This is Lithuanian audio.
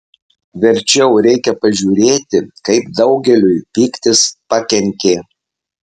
verčiau reikia pažiūrėti kaip daugeliui pyktis pakenkė